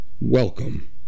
welcome